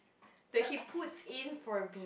that he puts in for me